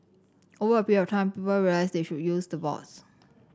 over a period of time people realise they should use the boards